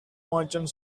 merchant